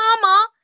mama